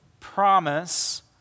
promise